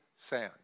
sand